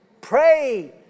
Pray